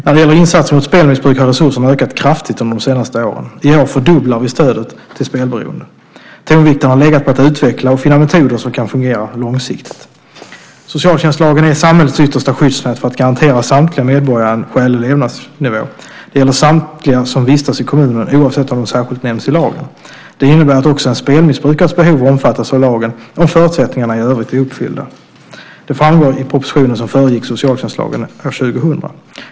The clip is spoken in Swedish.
När det gäller insatser mot spelmissbruk har resurserna ökat kraftigt under de senaste åren. I år fördubblar vi stödet till spelberoende. Tonvikten har legat på att utveckla och finna metoder som kan fungera långsiktigt. Socialtjänstlagen är samhällets yttersta skyddsnät för att garantera samtliga medborgare en skälig levnadsnivå. Det gäller samtliga som vistas i kommunen, oavsett om de särskilt nämns i lagen. Det innebär att också en spelmissbrukares behov omfattas av lagen, om förutsättningarna i övrigt är uppfyllda. Det framgår i propositionen som föregick socialtjänstlagen 2000.